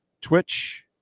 Twitch